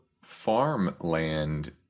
farmland